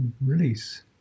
release